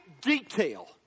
detail